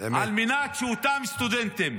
על מנת שאותם סטודנטים,